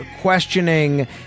questioning